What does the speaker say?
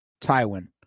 Tywin